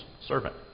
servant